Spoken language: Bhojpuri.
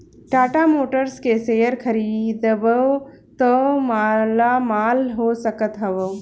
टाटा मोटर्स के शेयर खरीदबअ त मालामाल हो सकत हवअ